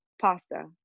pasta